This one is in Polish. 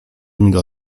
emil